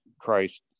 christ